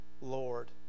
Lord